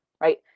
right